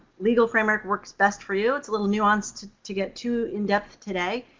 legal framework works best for you. it's a little nuanced to get too in-depth today.